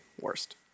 Worst